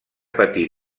patí